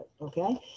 okay